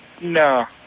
No